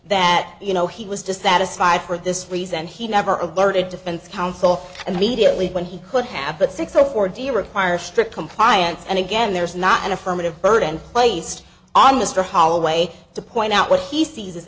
that you know he was just that aside for this reason he never alerted defense counsel and mediately when he could have but six afford to require strict compliance and again there is not an affirmative burden placed on mr holloway to point out what he sees